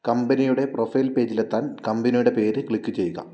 കമ്പനിയുടെ പ്രൊഫൈൽ പേജിലെത്താൻ കമ്പനിയുടെ പേര് ക്ലിക്ക് ചെയ്യുക